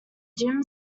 jim